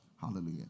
Hallelujah